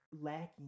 lacking